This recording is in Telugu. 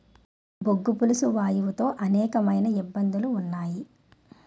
బొగ్గు పులుసు వాయువు తో అనేకమైన ఇబ్బందులు ఉన్నాయి